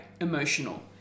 emotional